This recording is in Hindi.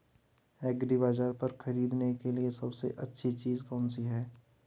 एग्रीबाज़ार पर खरीदने के लिए सबसे अच्छी चीज़ कौनसी है?